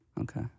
Okay